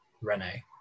Rene